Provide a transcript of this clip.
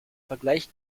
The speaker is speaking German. vergleich